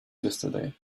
yesterday